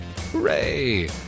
hooray